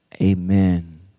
Amen